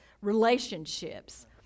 relationships